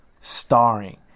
starring